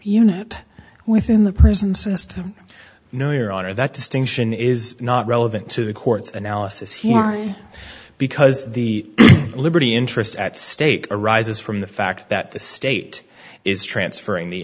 unit within the prison system no your honor that distinction is not relevant to the court's analysis here because the liberty interest at stake arises from the fact that the state is transferring the